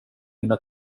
mina